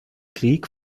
krieg